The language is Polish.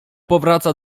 powraca